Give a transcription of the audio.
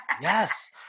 yes